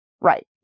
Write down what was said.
Right